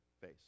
face